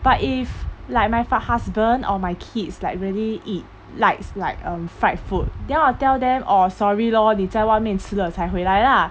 but if like my fa~ husband or my kids like really eat likes like um fried food then I'll tell them orh sorry lor 你在外面吃了才回来 lah